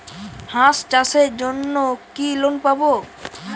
হাঁস চাষের জন্য কি লোন পাব?